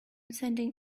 sending